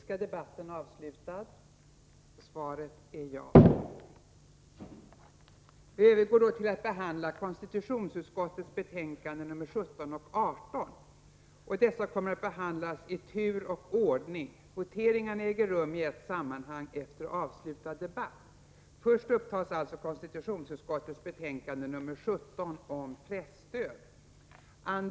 Konstitutionsutskottets betänkanden 17 och 18 kommer nu att debatteras i tur och ordning, och voteringarna kommer att äga rum i ett sammanhang sedan dessa betänkanden slutdebatterats. Först upptas alltså konstitutionsutskottets betänkande 17 om presstöd.